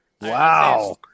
Wow